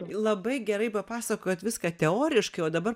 labai gerai papasakojot viską teoriškai o dabar